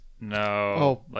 No